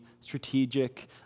strategic